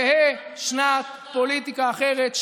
תהא שנת פוליטיקה אחרת.